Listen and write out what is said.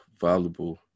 valuable